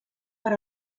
per